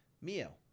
mio